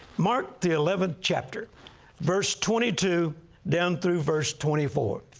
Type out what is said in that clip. mark the eleventh chapter verse twenty two down through verse twenty four.